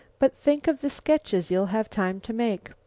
but think of the sketches you'll have time to make.